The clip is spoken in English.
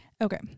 Okay